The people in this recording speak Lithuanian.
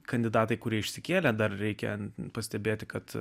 kandidatai kurie išsikėlė dar reikia pastebėti kad